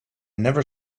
never